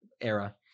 era